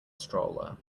stroller